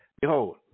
behold